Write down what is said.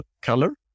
color